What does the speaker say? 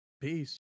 Peace